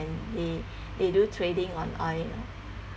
and they they do trading on oil